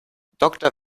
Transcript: doktor